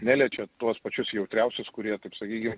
neliečia tuos pačius jautriausius kurie taip sakykim